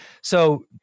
So-